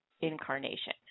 incarnation